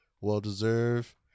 Well-deserved